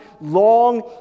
long